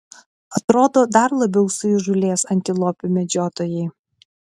atrodo dar labiau suįžūlės antilopių medžiotojai